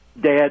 Dad